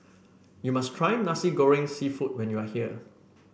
you must try Nasi Goreng seafood when you are here